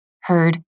heard